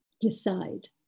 Decide